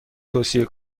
توصیه